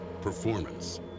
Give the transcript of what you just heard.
performance